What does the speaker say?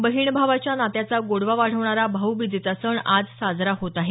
बहीण भावाच्या नात्याचा गोडवा वाढवणारा भाऊबीजेचा सण आज साजरा होत आहे